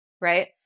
right